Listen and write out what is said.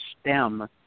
stem